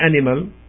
animal